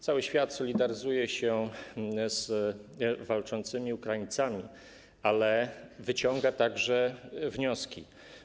Cały świat solidaryzuje się z walczącymi Ukraińcami, ale wyciąga także wnioski.